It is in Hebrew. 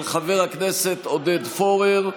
של חבר הכנסת עודד פורר.